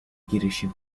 girişim